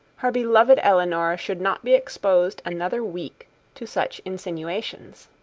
her beloved elinor should not be exposed another week to such insinuations.